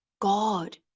God